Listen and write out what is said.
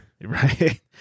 right